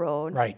road right